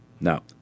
Now